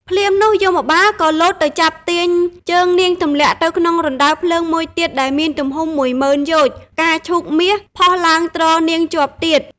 ភ្លាមនោះ យមបាលក៏លោតទៅចាប់ទាញ ជើងនាងទម្លាក់ទៅក្នុងរណ្តៅភ្លើងមួយទៀតដែលមានទំហំមួយម៉ឺនយោជន៍ ផ្កាឈូកមាស ផុសឡើងទ្រនាងជាប់ទៀត ។